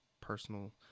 personal